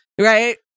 Right